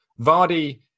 Vardy